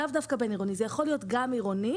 לאו דווקא בין-עירוני זה יכול להיות גם עירוני.